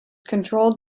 controlled